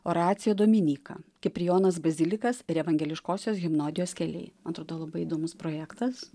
oracijadominika kiprijonas bazilikas ir evangeliškosios gimnazijos keliai atrodo labai įdomus projektas